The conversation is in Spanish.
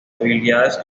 habilidades